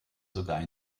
sogar